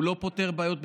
הוא לא פותר בעיות בשבת,